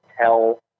tell